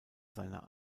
seiner